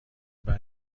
منم